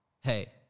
Hey